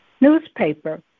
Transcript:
newspaper